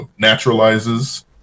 Naturalizes